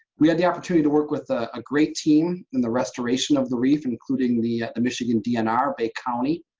we had the opportunity to work with a ah great team in the restoration of the reef, including the the michigan dnr, bay county,